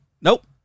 nope